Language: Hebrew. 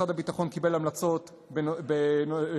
משרד הביטחון קיבל את המלצות הוועדה